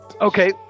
okay